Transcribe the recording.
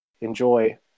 enjoy